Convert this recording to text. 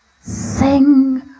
Sing